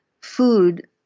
food